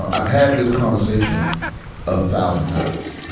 i've had this conversation a thousand times,